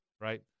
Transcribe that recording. Right